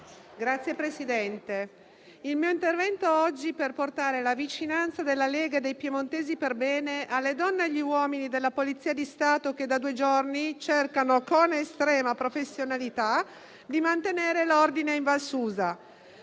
Signor Presidente, il mio intervento è teso a portare la vicinanza della Lega e dei piemontesi perbene alle donne e agli uomini della Polizia di Stato che da due giorni cercano con estrema professionalità di mantenere l'ordine in Val Susa.